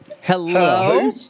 Hello